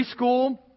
preschool